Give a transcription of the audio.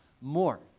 more